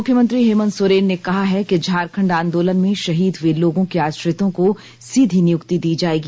मुख्यमंत्री हेमंत सोरेन ने कहा है कि झारखंड आंदोलन में शहीद हुए लोगों के आश्रितों को सीधी नियुक्ति दी जायेगी